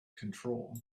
control